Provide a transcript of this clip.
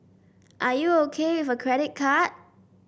are you O K with a credit card